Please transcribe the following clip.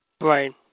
Right